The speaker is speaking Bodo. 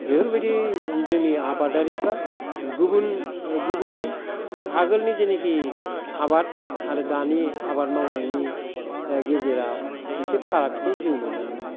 बेफोरबादि जोंनि आबादारिफ्रा गुबुन गुबैयै आगोलनि जेनाखि आबाद आरो दानि आबाद मावनायनि गेजेराव एसे फारागखौ जों नुनो मोनो